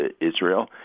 Israel